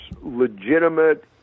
legitimate